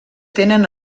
tenen